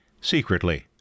secretly